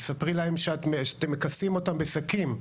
תספרי להם שאתם מכסים אותם בשקים.